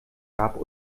gab